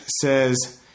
says